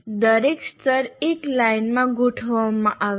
દરેક સ્તર એક લાઇનમાં ગોઠવવામાં આવે છે